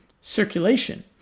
circulation